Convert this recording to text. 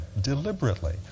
deliberately